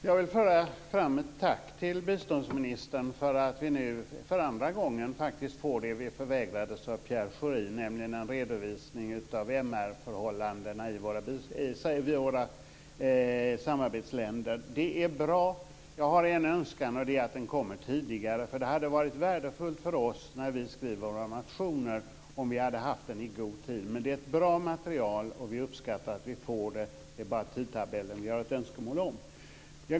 Fru talman! Jag vill föra fram ett tack till biståndsministern för att vi nu för andra gången faktiskt får vad vi förvägrades av Pierre Schori, nämligen en redovisning av MR-förhållandena i våra samarbetsländer. Det är bra men jag har en önskan och det är att den kommer tidigare. Det hade varit värdefullt för oss när vi skrev motioner att få den i god tid. Det är ett bra material och vi uppskattar att vi får det. Det är alltså bara kring tidtabellen som vi har ett önskemål.